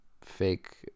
fake